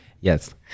yes